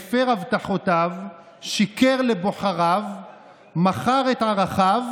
בבקשה, עתירה כנגד יו"ר הכנסת, אתה מוזמן, רגע,